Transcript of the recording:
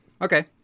Okay